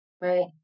right